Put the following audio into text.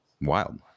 wild